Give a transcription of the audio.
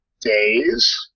Days